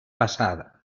passada